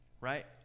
right